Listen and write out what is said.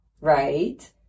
right